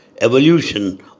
evolution